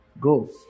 go